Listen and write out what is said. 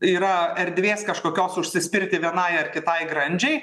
yra erdvės kažkokios užsispirti vienai ar kitai grandžiai